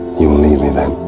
you'll leave me then?